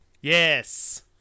Yes